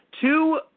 two